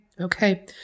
Okay